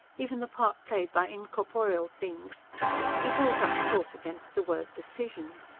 even the part played by incorporeal things he brought up short against the word decision.